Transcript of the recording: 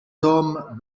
tom